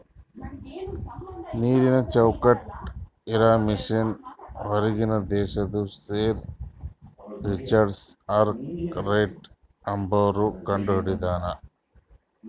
ನೀರನ್ ಚೌಕ್ಟ್ ಇರಾ ಮಷಿನ್ ಹೂರ್ಗಿನ್ ದೇಶದು ಸರ್ ರಿಚರ್ಡ್ ಆರ್ಕ್ ರೈಟ್ ಅಂಬವ್ವ ಕಂಡಹಿಡದಾನ್